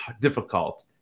difficult